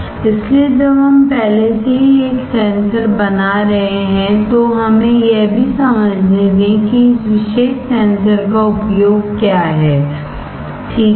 इसलिए जब हम पहले से ही एक सेंसर बना रहे हैं तो हमें यह भी समझने दें कि इस विशेष सेंसर का उपयोग क्या है ठीक है